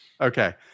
Okay